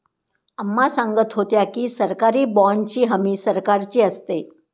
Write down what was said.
अम्मा सांगत होत्या की, सरकारी बाँडची हमी सरकारची असते